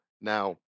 now